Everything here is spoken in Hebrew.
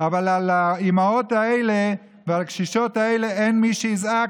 אבל על האימהות האלה ועל הקשישות האלה אין מי שיזעק.